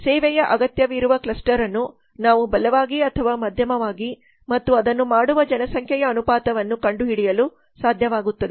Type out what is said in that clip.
ಸೇವೆಯ ಅಗತ್ಯವಿರುವ ಕ್ಲಸ್ಟರ್ ಅನ್ನು ನಾವು ಬಲವಾಗಿ ಅಥವಾ ಮಧ್ಯಮವಾಗಿ ಮತ್ತು ಅದನ್ನು ಮಾಡುವ ಜನಸಂಖ್ಯೆಯ ಅನುಪಾತವನ್ನು ಕಂಡುಹಿಡಿಯಲು ಸಾಧ್ಯವಾಗುತ್ತದೆ